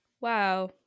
Wow